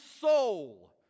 soul